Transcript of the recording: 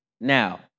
Now